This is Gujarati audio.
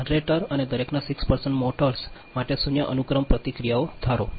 જનરેટર અને દરેકના 6 મોટર્સ માટે શૂન્ય અનુક્રમ પ્રતિક્રિયાઓ ધારો